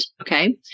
Okay